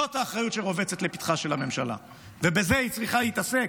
זאת האחריות שרובצת לפתחה של הממשלה ובזה היא צריכה להתעסק,